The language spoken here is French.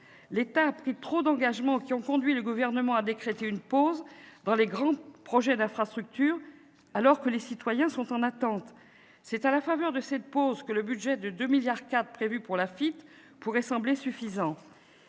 L'État a pris trop d'engagements, ce qui a conduit le Gouvernement à décréter une pause dans les grands projets d'infrastructures, alors que les citoyens sont en attente. C'est à la faveur de cette pause que le budget de 2,4 milliards d'euros, prévu pour l'AFITF, pourrait sembler suffisant.